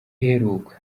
iheruka